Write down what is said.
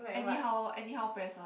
any how any how press one